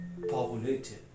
populated